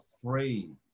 afraid